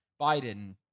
Biden